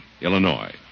Illinois